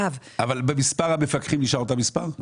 אבל מספר המפקחים נשאר אותו מספר?